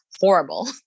horrible